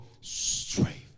strength